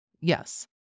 Yes